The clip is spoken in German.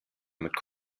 mit